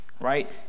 right